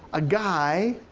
a guy,